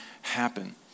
happen